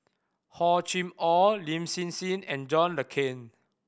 Hor Chim Or Lin Hsin Hsin and John Le Cain